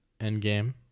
Endgame